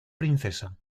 princesa